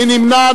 מי נמנע?